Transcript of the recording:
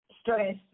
stress